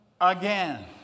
again